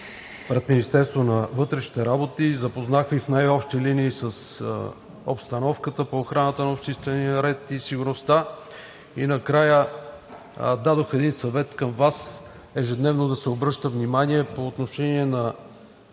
пред Министерството на вътрешните работи. Запознах Ви в най-общи линии с обстановката по охраната на обществения ред и сигурността и накрая дадох един съвет към Вас – ежедневно да се обръща внимание по отношение на